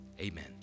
amen